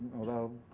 although,